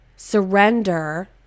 Surrender